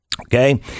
Okay